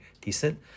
decent